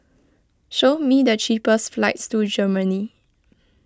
show me the cheapest flights to Germany